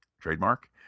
trademark